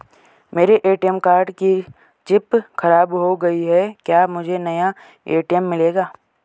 मेरे ATM card की chip खराब हो गयी है क्या मुझे नया ए.टी.एम मिलेगा?